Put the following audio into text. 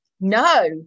no